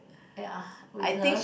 ya with her